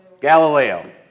Galileo